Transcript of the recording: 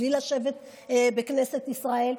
בלי לשבת בכנסת ישראל.